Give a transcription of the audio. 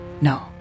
No